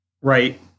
Right